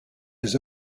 his